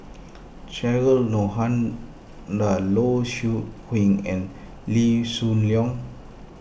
Cheryl Low Siew and Lee Shoo Leong